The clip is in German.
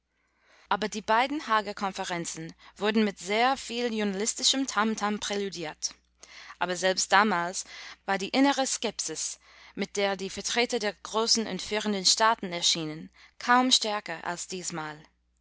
auch die beiden haager konferenzen wurden mit sehr viel journalistischem tamtam präludiert aber selbst damals war die innere skepsis mit der die vertreter der großen und führenden staaten erschienen kaum stärker als diesmal